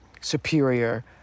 superior